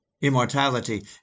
immortality